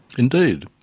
indeed.